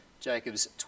Jacob's